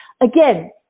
Again